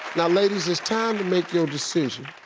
now ladies, it's time to make your decision.